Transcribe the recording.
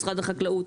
משרד החקלאות,